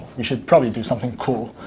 you should probably do something cool.